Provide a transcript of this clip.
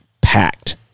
packed